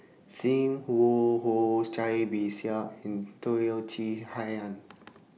SIM Wong Hoo Cai Bixia and Teo Chee Hean